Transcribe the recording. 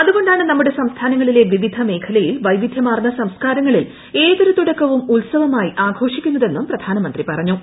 അതുകൊണ്ടാണ് നമ്മുടെ സംസ്ഥാനങ്ങളിലെ വിവിധ മേഖലയിൽ വൈവിധ്യമാർന്ന സംസ്കാരങ്ങളിൽ ഏതൊരു തുടക്കവും ഉത്സവമായി ആഘോഷിക്കുന്നതെന്നും പ്രധാനമന്ത്രി പറഞ്ഞു